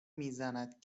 میزند